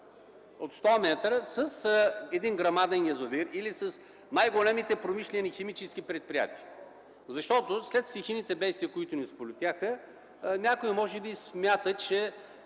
една категория с един грамаден язовир или с най-големите промишлени, химически предприятия. След стихийните бедствия, които ни сполетяха, някой може би смята, че